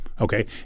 Okay